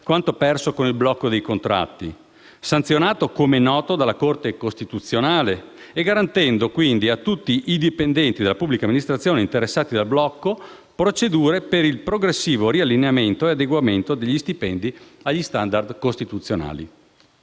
quanto perso con il blocco dei contratti, sanzionato, come noto, dalla Corte costituzionale, garantendo quindi a tutti i dipendenti della pubblica amministrazione interessati dal blocco procedure per il progressivo riallineamento e adeguamento degli stipendi agli *standard* costituzionali?